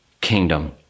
kingdom